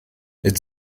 mit